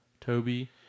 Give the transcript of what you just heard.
Toby